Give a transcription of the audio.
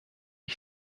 ich